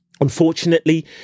Unfortunately